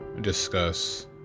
discuss